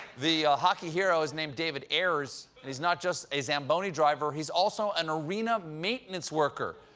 the hockey hero is named david ayres, and he's not just a zamboni driver, he's also an arena maintenance worker.